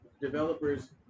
Developers